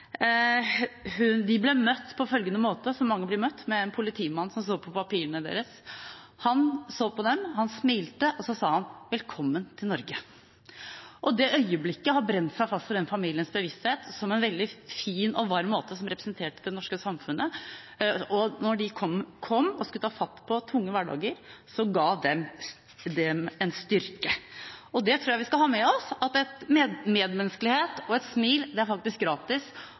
De ble møtt på følgende måte, slik mange blir møtt: av en politimann som så på papirene deres. Han så på dem, han smilte, og så sa han: Velkommen til Norge! Det øyeblikket har brent seg fast i denne familiens bevissthet som veldig fint og varmt, som representerte det norske samfunnet. Og da de kom og skulle ta fatt på tunge hverdager, ga det dem styrke. Det tror jeg vi skal ha med oss, at medmenneskelighet og et smil faktisk er gratis. Det handler om holdninger, og vi skal vise gode holdninger til alle dem som kommer. Når det er